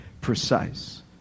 precise